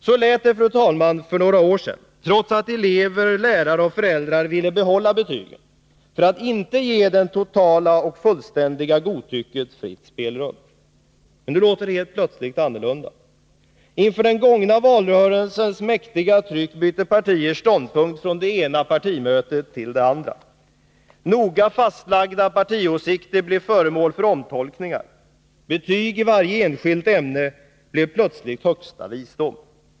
Så lät det, fru talman, för några år sedan, trots att elever, lärare och föräldrar ville behålla betygen för att inte ge det totala och fullständiga godtycket fritt spelrum. Men nu låter det helt plötsligt annorlunda. Inför den gångna valrörelsens mäktiga tryck bytte partier ståndpunkt från det ena partimötet till det andra. Noga fastlagda partiåsikter blev föremål för omtolkningar. Betyg i varje enskilt ämne blev plötsligt högsta visdom.